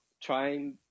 trying